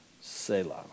Selah